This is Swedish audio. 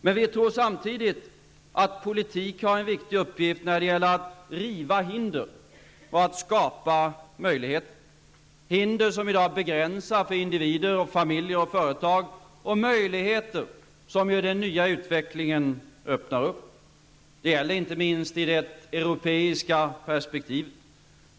Men vi tror samtidigt att politik har en viktig uppgift att fylla när det gäller att riva hinder och att skapa möjligheter, hinder som i dag begränsar för individer, familjer och företag och möjligheter som den nya utvecklingen öppnar. Det gäller inte minst i det europeiska perspektivet.